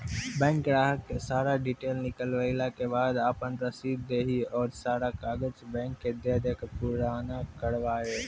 Bank ग्राहक के सारा डीटेल निकालैला के बाद आपन रसीद देहि और सारा कागज बैंक के दे के पुराना करावे?